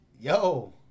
Yo